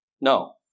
No